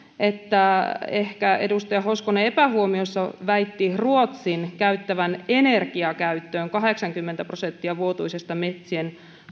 että edustaja hoskonen täällä aiemmin ehkä epähuomiossa väitti ruotsin käyttävän energiakäyttöön kahdeksankymmentä prosenttia vuotuisesta metsien